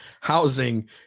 housing